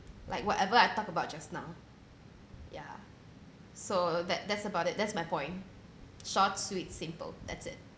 like whatever I talked about just now ya so that that's about it that's my point short sweet simple that's it